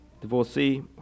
divorcee